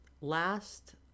Last